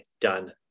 done